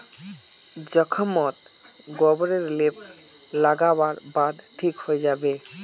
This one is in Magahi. जख्म मोत गोबर रे लीप लागा वार बाद ठिक हिजाबे